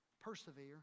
Persevere